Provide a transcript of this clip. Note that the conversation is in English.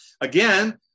Again